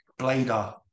blader